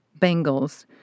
Bengals